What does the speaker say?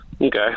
Okay